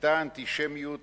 היתה האנטישמיות